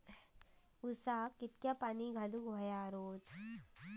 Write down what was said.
ऊसाक किती पाणी घालूक व्हया रोज?